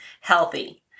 healthy